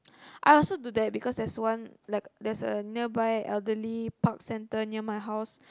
I also do that cause there is one like there's a nearby elderly park center near my house